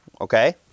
okay